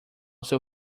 seu